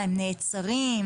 הם נעצרים?